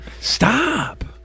stop